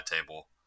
table